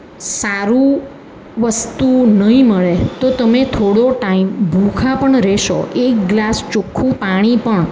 સારું વસ્તુ નહિ મળે તો તમે થોડો ટાઈમ ભૂખ્યા પણ રહેશો એક ગ્લાસ ચોખ્ખું પાણી પણ